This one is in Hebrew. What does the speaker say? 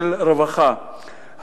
של רווחה.